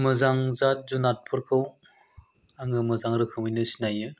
मोजां जाद जुनादफोरखौ आङो मोजां रोखोमैनो सिनायो